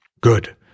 Good